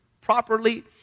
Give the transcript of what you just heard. properly